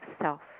self